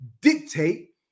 dictate